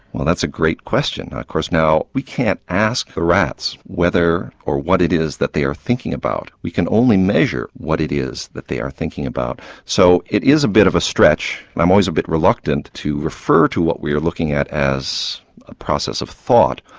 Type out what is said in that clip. well that's a great question, of course now we can't ask the rats whether or what it is that they're thinking about. we can only measure what it is that they are thinking about. so it is a bit of a stretch, i'm always a bit reluctant to refer to what we are looking at as a process of thought,